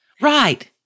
Right